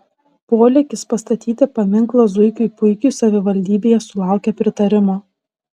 polėkis pastatyti paminklą zuikiui puikiui savivaldybėje sulaukė pritarimo